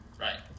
Right